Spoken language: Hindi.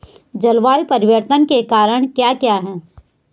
जलवायु परिवर्तन के कारण क्या क्या हैं?